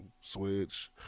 switch